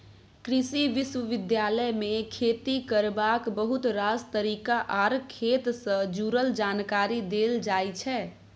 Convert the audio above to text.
कृषि विश्वविद्यालय मे खेती करबाक बहुत रास तरीका आर खेत सँ जुरल जानकारी देल जाइ छै